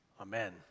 Amen